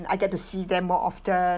I get to see them more often